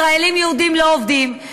ישראלים-יהודים לא עובדים,